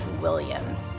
Williams